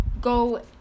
go